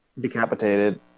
decapitated